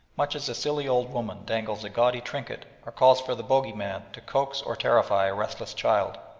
much as a silly old woman dangles a gaudy trinket or calls for the bogie-man to coax or terrify a restless child.